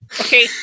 okay